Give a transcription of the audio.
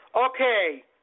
Okay